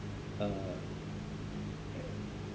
uh